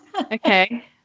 Okay